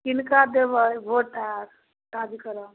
किनका देबै भोट आओर